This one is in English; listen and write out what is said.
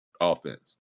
offense